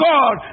God